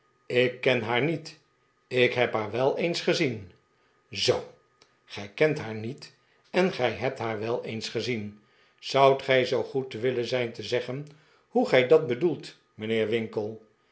ik ken haar niet ik heb haar wel eens gezien zoo gij kent haar niet en gij hebt haar wel eens gezien zoudt gij zoo goed willen zijn te zeggen hoe gij dat bedoelt mijnheer winkle